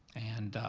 and